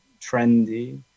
trendy